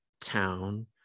town